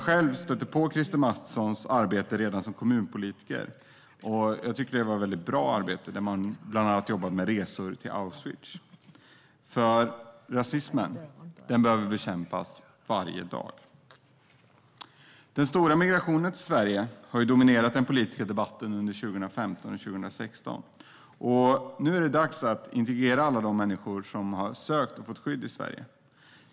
Själv stötte jag på Christer Mattssons arbete redan som kommunpolitiker. Man jobbar bland annat med resor till Auschwitz. Jag tycker att det är ett väldigt bra arbete, för rasismen behöver bekämpas varje dag. Den stora migrationen till Sverige har dominerat den politiska debatten under 2015 och 2016. Nu är det dags att integrera alla de människor som har sökt och fått skydd i Sverige.